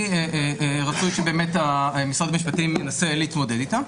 רצוי שבאמת משרד המשפטים ינסה להתמודד איתה.